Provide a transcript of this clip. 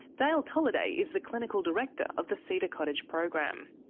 dale tolliday is the clinical director of the cedar cottage program.